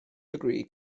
degree